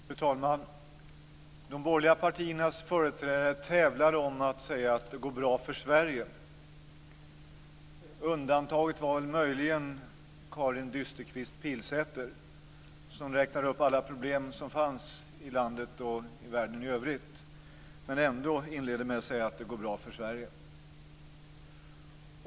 Fru talman! De borgerliga partiernas företrädare tävlade om att säga att det går bra för Sverige. Undantaget var möjligen Karin "Dysterkvist" Pilsäter, som räknade upp alla de problem som fanns i landet och i världen i övrigt. Ändå inledde hon med att säga att det går bra för Sverige.